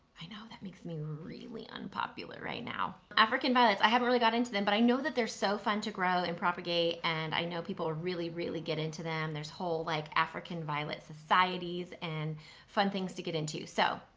i know that makes me really unpopular right now. african violets, i haven't really got into them but i know that they're so fun to grow and propagate and i know people really really get into them. there's whole like african violet societies and fun things to get into. so,